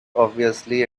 obviously